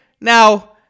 now